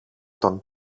τον